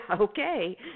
Okay